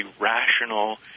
rational